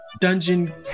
dungeon